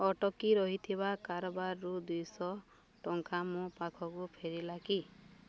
ଅଟକି ରହିଥିବା କାରବାରରୁ ଦୁଇଶହ ଟଙ୍କା ମୋ ପାଖକୁ ଫେରିଲା କି